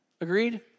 Agreed